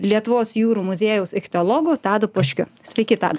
lietuvos jūrų muziejaus ichtiologu tadu puškiu sveiki tadai